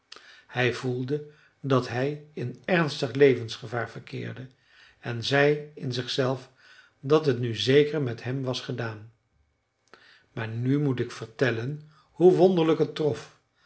hij voelde dat hij in ernstig levensgevaar verkeerde en zei in zichzelf dat het nu zeker met hem was gedaan maar nu moet ik vertellen hoe wonderlijk het trof